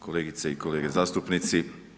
Kolegice i kolege zastupnici.